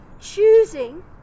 Choosing